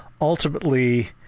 ultimately